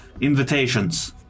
Invitations